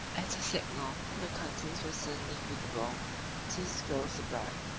at a signal the curtains were suddenly withdrawn to disclose the bride,